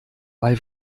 bei